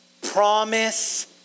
promise